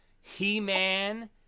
He-Man